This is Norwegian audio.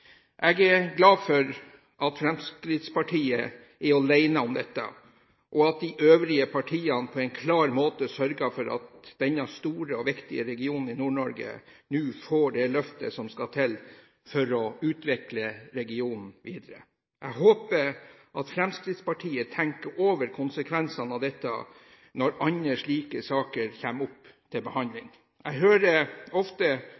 Jeg er glad for at Fremskrittspartiet er alene om dette, og at de øvrige partiene på en klar måte sørger for at denne store og viktige regionen i Nord-Norge nå får det løftet som skal til for å utvikle regionen videre. Jeg håper at Fremskrittspartiet tenker over konsekvensene av dette når andre slike saker kommer opp til behandling. Jeg hører ofte